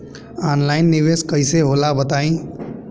Online निवेस कइसे होला बताईं?